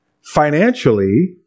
financially